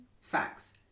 Facts